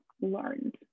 learned